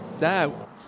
now